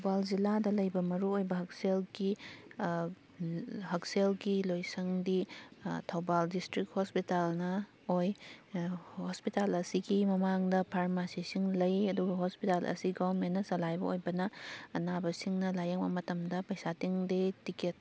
ꯊꯧꯕꯥꯜ ꯖꯤꯂꯥꯗ ꯂꯩꯕ ꯃꯔꯨꯑꯣꯏꯕ ꯍꯛꯁꯦꯜꯒꯤ ꯍꯛꯁꯦꯜꯒꯤ ꯂꯣꯏꯁꯪꯗꯤ ꯊꯧꯕꯥꯜ ꯗꯤꯁꯇ꯭ꯔꯤꯛ ꯍꯣꯁꯄꯤꯇꯥꯜꯅ ꯑꯣꯏ ꯍꯣꯁꯄꯤꯇꯥꯜ ꯑꯁꯤꯒꯤ ꯃꯃꯥꯡꯗ ꯐꯥꯔꯃꯥꯁꯤꯁꯤꯡ ꯂꯩ ꯑꯗꯨꯒ ꯍꯣꯁꯄꯤꯇꯥꯜ ꯑꯁꯤ ꯒꯣꯔꯃꯦꯟꯅ ꯆꯂꯥꯏꯕ ꯑꯣꯏꯕꯅ ꯑꯅꯥꯕꯁꯤꯡꯅ ꯂꯥꯏꯌꯦꯡꯕ ꯃꯇꯝꯗ ꯄꯩꯁꯥ ꯇꯤꯡꯗꯦ ꯇꯤꯀꯦꯠ